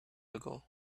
ago